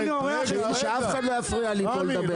אם אני אורח שלך --- שאף אחד לא יפריע לי פה לדבר.